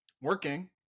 working